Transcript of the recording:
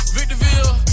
Victorville